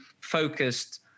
focused